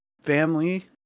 family